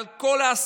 על כל ההסתה.